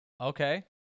Okay